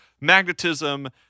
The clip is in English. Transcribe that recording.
magnetism